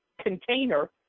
container